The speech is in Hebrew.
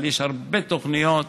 אבל יש הרבה תוכניות,